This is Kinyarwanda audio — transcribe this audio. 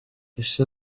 ese